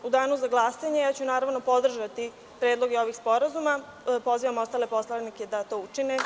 U danu za glasanje ja ću, naravno, podržati predloge ovih sporazuma i pozivam ostale poslanike da to učine.